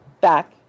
back